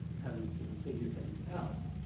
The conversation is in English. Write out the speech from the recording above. having to figure things out.